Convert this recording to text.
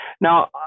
Now